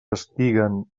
estiguen